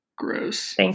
gross